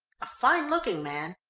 a fine-looking man.